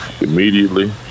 immediately